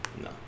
no